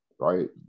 right